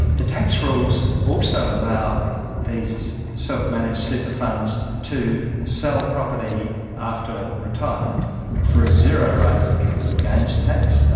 the tax rules also allow these self-managed super funds to sell property after retirement for a zero rate of capital gains tax,